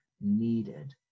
needed